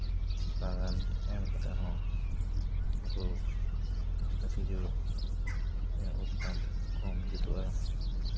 ᱛᱷᱚᱲᱟ ᱜᱟᱱ ᱮᱢ ᱠᱟᱛᱮᱜ ᱦᱚᱸ ᱱᱩᱠᱩ ᱛᱤᱞᱟᱹ ᱛᱤᱡᱩ ᱨᱮᱭᱟᱜ ᱩᱛᱯᱟᱛ ᱠᱚᱢ ᱡᱩᱛᱩᱜᱼᱟ